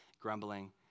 Grumbling